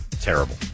terrible